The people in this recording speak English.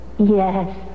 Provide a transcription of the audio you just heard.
Yes